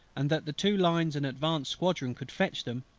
and that the two lines and advanced squadron could fetch them,